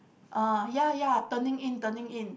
uh ya ya turning in turning in